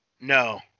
No